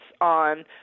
on